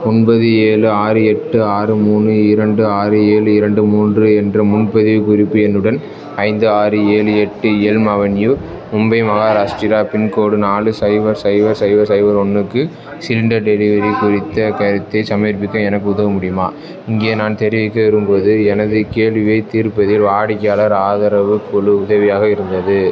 ஒன்பது ஏழு ஆறு எட்டு ஆறு மூணு இரண்டு ஆறு ஏழு இரண்டு மூன்று என்ற முன்பதிவு குறிப்பு எண்ணுடன் ஐந்து ஆறு ஏழு எட்டு Elm Avenue Mumbai Maharashtra pincode நாலு சைபர் சைபர் சைபர் சைபர் ஒன்றுக்கு சிலிண்டர் டெலிவரி குறித்த கருத்தைச் சமர்ப்பிக்க எனக்கு உதவ முடியுமா இங்கே நான் தெரிவிக்க விரும்புவது எனது கேள்வியைத் தீர்ப்பதில் வாடிக்கையாளர் ஆதரவுக் குழு உதவியாக இருந்தது